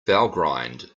valgrind